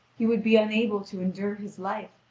he would be unable to endure his life,